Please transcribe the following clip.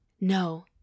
No